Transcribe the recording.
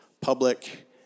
public